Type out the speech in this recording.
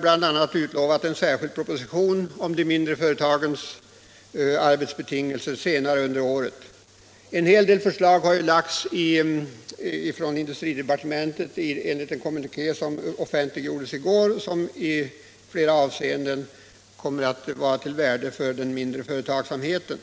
bl.a. utlovat en särskild proposition senare under året om de mindre företagens arbetsbetingelser. Enligt den kommuniké som offentliggjordes i går har industridepartementet redan lagt fram en hel del förslag som kommer att vara av värde för den mindre företagsamheten.